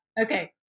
Okay